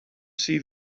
see